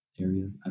area